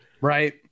Right